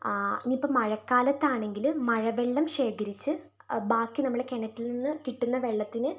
ഇനീപ്പോ മഴക്കാലത്തു ആണെങ്കിൽ മഴവെള്ളം ശേഖരിച്ചു ബാക്കി നമ്മൾ കിണറ്റിൽ നിന്നും കിട്ടുന്ന വെള്ളത്തിനു